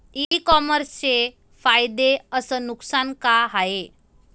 इ कामर्सचे फायदे अस नुकसान का हाये